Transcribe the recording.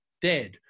dead